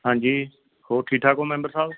ਹਾਂਜੀ ਹੋਰ ਠੀਕ ਠਾਕ ਹੋ ਮੈਂਬਰ ਸਾਹਿਬ